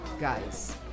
guys